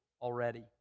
already